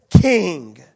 king